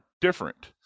different